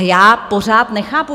Já pořád nechápu.